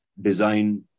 design